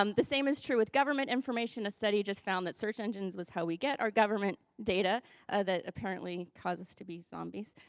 um the same is true with government information. a study just found that search engines was how we get our government data that apparently cause us to be zombies,